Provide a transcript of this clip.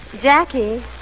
Jackie